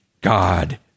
God